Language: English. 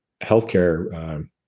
healthcare